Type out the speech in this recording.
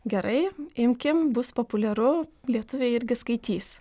gerai imkim bus populiaru lietuviai irgi skaitys